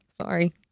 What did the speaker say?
Sorry